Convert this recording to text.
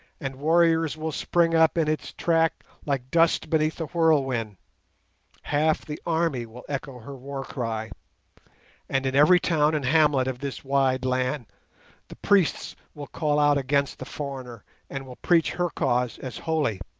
and warriors will spring up in its track like dust beneath a whirlwind half the army will echo her war-cry and in every town and hamlet of this wide land the priests will call out against the foreigner and will preach her cause as holy.